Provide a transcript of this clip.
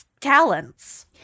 talents